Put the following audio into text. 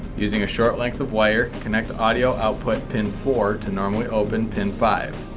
using a short length of wire connect audio output pin four to normally open pin five.